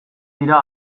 dira